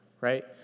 right